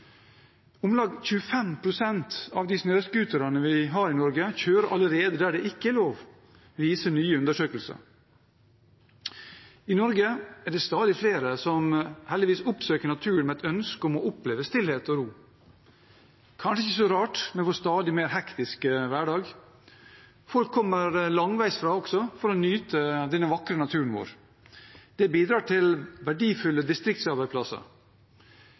Om lag 25 pst. av de snøscooterne vi har i Norge, kjører allerede der det ikke er lov, viser nye undersøkelser. I Norge er det stadig flere som heldigvis oppsøker naturen med et ønske om å oppleve stillhet og ro, kanskje ikke så rart med vår stadig mer hektiske hverdag. Folk kommer også langveisfra for å nyte denne vakre naturen vår. Det bidrar til verdifulle distriktsarbeidsplasser.